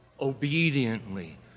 obediently